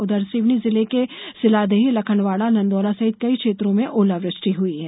उधर सिवनी जिले के सिलादेही लखनवाड़ा नंदोरा सहित कई क्षेत्रों में ओलावृष्टि हुई है